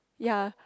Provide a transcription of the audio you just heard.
ya